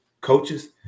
coaches